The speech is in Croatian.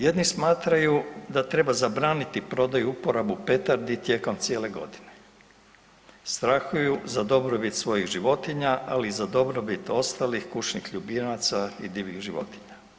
Jedni smatraju da treba zabraniti prodaju i uporabu petardi tijekom cijele godine, strahuju za dobrobit svojih životinja, ali i za dobrobit ostalih kućnih ljubimaca i divljih životinja.